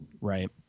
Right